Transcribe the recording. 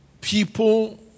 people